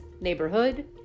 neighborhood